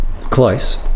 Close